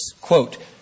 Quote